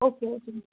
okay okay